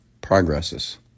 progresses